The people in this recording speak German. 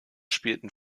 spielten